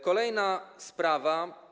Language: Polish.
Kolejna sprawa.